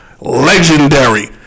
legendary